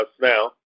now